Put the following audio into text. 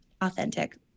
authentic